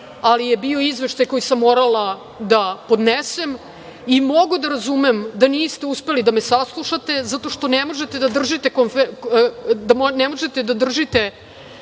ali je bio izveštaj koji sam morala da podnesem. Mogu da razumem da niste uspeli da me saslušate zato što ne možete da držite pažnju